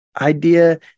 idea